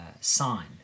sign